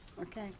Okay